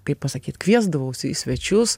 kaip pasakyt kviesdavausi į svečius